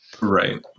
Right